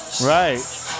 Right